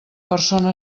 persona